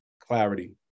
clarity